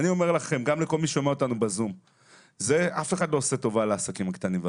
אני אומר לנציגים פה ולנציגים בזום שאף אחד לא עושה טובה לעסקים הקטנים,